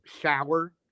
shower